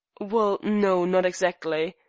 well, no, not exactly.